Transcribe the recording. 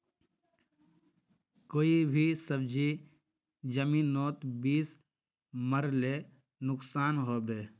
कोई भी सब्जी जमिनोत बीस मरले नुकसान होबे?